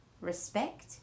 Respect